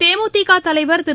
தேமுதிக தலைவர் திரு